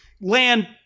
land